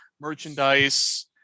merchandise